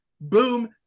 boom